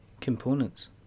components